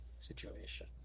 situation